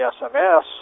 SMS